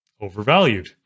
overvalued